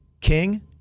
King